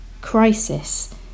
crisis